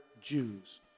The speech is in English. Jews